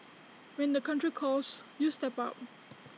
when the country calls you step up